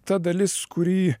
ta dalis kuri